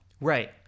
Right